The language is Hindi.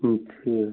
अच्छा